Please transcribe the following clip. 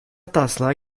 taslağı